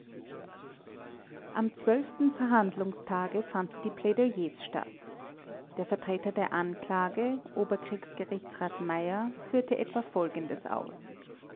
am zwölften verhandlungstage fanden die plädoyers statt der vertreter der anklage oberkriegsgerichtsrat meyer führte etwa folgendes aus